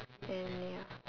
and ya